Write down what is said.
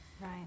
Right